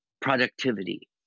productivity